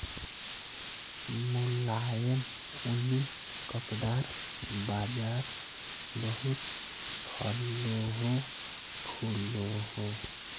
मुलायम ऊनि कपड़ार बाज़ार बहुत फलोहो फुलोहो